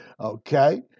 Okay